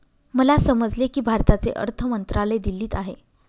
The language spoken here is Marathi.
मला समजले की भारताचे अर्थ मंत्रालय दिल्लीत आहे